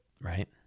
Right